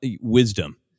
wisdom